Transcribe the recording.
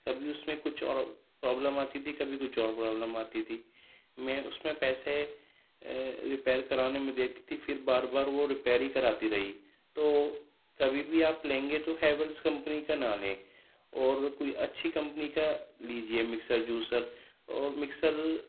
کبھی اُس میں کچھ اور پرابلم آتی تھی کبھی کچھ اور پرابلم آتی تھی میں اُس میں پیسے رپیئر کرانے میں دیتی تھی پھر باربار وہ رپیئر ہی کراتی رہی تو کبھی بھی آپ لیں گے تو ہیویلس کمپنی کا نہ لیں اور کوئی اچھی کمپنی کا لیجیے مکسر جوسر اور مکسر